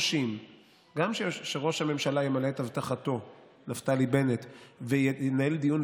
ואז אני מגלה שבריאיון שלו בגלי ישראל,